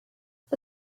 for